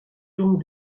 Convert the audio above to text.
donc